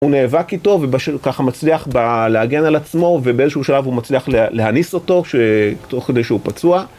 הוא נאבק איתו, וככה מצליח להגן על עצמו, ובאיזשהו שלב הוא מצליח להניס אותו, תוך כדי שהוא פצוע.